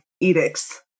edicts